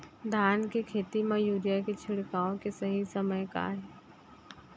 धान के खेती मा यूरिया के छिड़काओ के सही समय का हे?